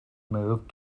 moved